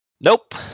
Nope